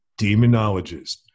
Demonologist